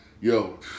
Yo